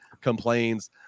complains